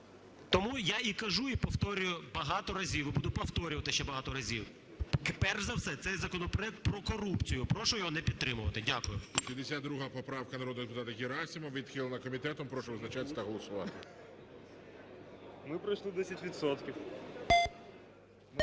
Тому я і кажу, і повторюю багато разів, і буду повторювати ще багато разів. Перш за все цей законопроект про корупцію, прошу його не підтримувати. Дякую. ГОЛОВУЮЧИЙ. 62 поправка, народного депутата Герасимова. Відхилена комітетом. Прошу визначатись та голосувати. 15:10:45